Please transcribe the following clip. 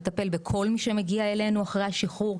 מטפל בכל מי שמגיע אלינו אחרי השחרור,